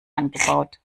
angebaut